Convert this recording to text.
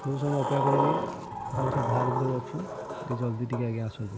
ବହୁତ ସମୟ ଅପେକ୍ଷା କଲୁଣି ଆମେ ସବୁ ବାହାରିବୁହୁରା ଅଛୁ ଟିକେ ଜଲ୍ଦି ଟିକେ ଆଜ୍ଞା ଆସନ୍ତୁ